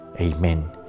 Amen